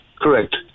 correct